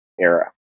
era